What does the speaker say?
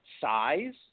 size